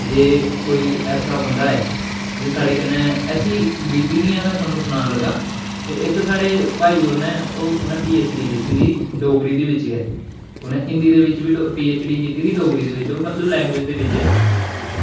जे कोई ऐसा बंदा ऐ जे साढ़े कन्नै ऐसियां बीती दियां में थुआनूं सनान लगा ते इक साढ़े भाई होर न ओह् उ'नें एच डी कीती दी ऐ डोगरी दे बिच्च गै उनें हिंदी दे बिच बी पी एच डी कीती ते डोगरी बिच्च बी ओह् मतलब लैंग्वेज़ दे बिच्च